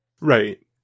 Right